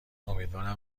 امیدوارم